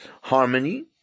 harmony